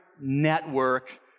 network